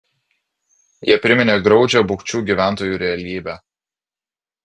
jie priminė graudžią bukčių gyventojų realybę